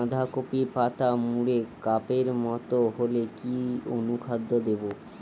বাঁধাকপির পাতা মুড়ে কাপের মতো হলে কি অনুখাদ্য দেবো?